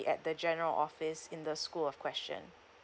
at the general office in the school of question